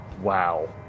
Wow